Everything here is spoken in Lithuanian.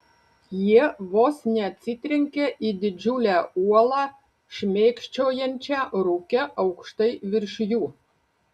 jie vos neatsitrenkė į didžiulę uolą šmėkščiojančią rūke aukštai virš jų